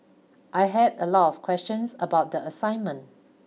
I had a lot of questions about the assignment